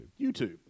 YouTube